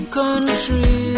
country